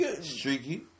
Streaky